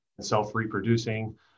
self-reproducing